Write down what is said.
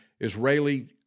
Israeli